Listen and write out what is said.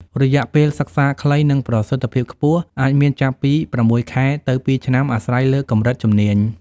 រយៈពេលសិក្សាខ្លី និងប្រសិទ្ធភាពខ្ពស់អាចមានចាប់ពី ៦ ខែទៅ ២ ឆ្នាំ អាស្រ័យលើកម្រិតជំនាញ។